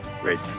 great